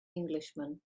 englishman